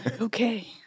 Okay